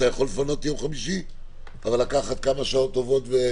אתה יכול לפנות את יום חמישי ולקחת כמה שעות טובות?